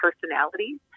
personalities